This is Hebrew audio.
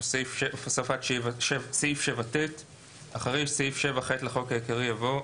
הוספת סעיף 7ט 9. אחרי סעיף 7ח לחוק העיקרי יבוא: